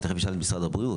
תכף אני אשאל את משרד הבריאות.